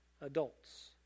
adults